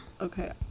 Okay